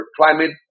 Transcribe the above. climate